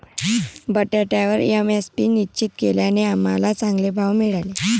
बटाट्यावर एम.एस.पी निश्चित केल्याने आम्हाला चांगले भाव मिळाले